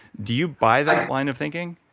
do you buy that line of thinking?